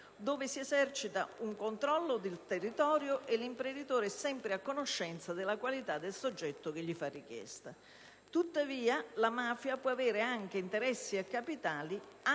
in cui esercita cioè un controllo del territorio e in cui l'imprenditore è sempre a conoscenza della qualità del soggetto che gli fa la richiesta. Tuttavia, la mafia può avere interessi e capitali in